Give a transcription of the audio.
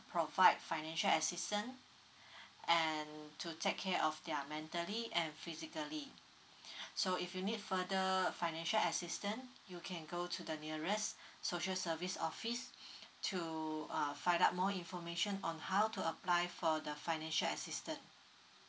provide financial assistant and to take care of their mentally and physically so if you need further financial assistant you can go to the nearest social service office to uh find out more information on how to apply for the financial assistant